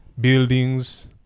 buildings